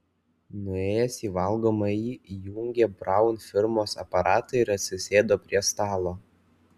nuėjęs į valgomąjį įjungė braun firmos aparatą ir atsisėdo prie stalo